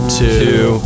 two